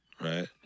right